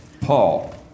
Paul